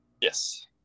Yes